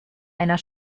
einer